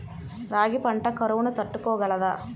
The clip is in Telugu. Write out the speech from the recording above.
రాగి పంట కరువును తట్టుకోగలదా?